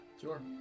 Sure